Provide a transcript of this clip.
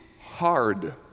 hard